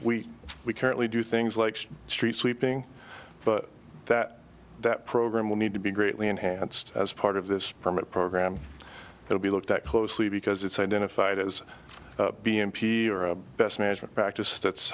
we we currently do things like street sweeping but that that program will need to be greatly enhanced as part of this permit program will be looked at closely because it's identified as b m p or a best management practice that's